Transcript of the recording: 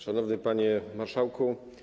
Szanowny Panie Marszałku!